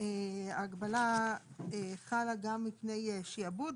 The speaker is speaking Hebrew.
הגבלה חלה מפני שיעבוד,